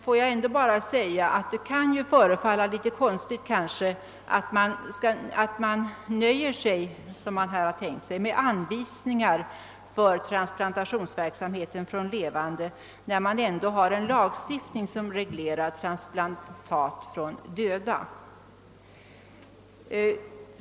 Får jag ändå bara säga, att det kan förefalla konstigt att man nöjer sig med att förorda att det skall ges ut anvis ningar för verksamheten med transplantat från levande givare, när vi har en lagstiftning beträffande transplantat från döda.